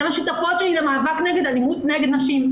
אתן השותפות שלנו למאבק נגד לימות נגד נשים.